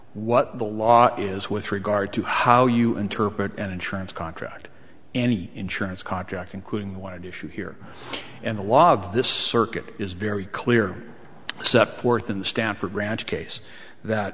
what the law is with regard to how you interpret an insurance contract any insurance contract including one issue here and the law of this circuit is very clear sept fourth in the stamford branch case that